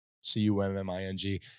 C-U-M-M-I-N-G